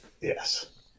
Yes